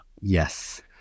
yes